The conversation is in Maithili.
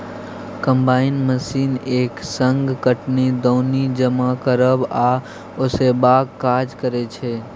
कंबाइन मशीन एक संग कटनी, दौनी, जमा करब आ ओसेबाक काज करय छै